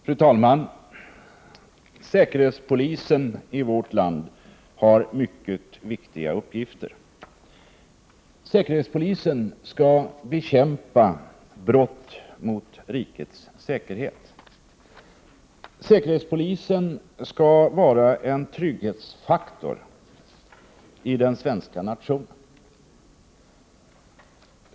Fru talman! Säkerhetspolisen i vårt land har mycket viktiga uppgifter. Säkerhetspolisen skall bekämpa brott mot rikets säkerhet. Säkerhetspolisen skall vara en trygghetsfaktor för den svenska nationen.